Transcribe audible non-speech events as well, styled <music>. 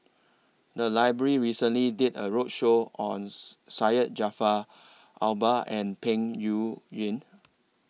The Library recently did A roadshow on <unintelligible> Syed Jaafar Albar and Peng Yuyun